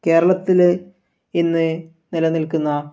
കേരളത്തിൽ ഇന്ന് നിലനിൽക്കുന്ന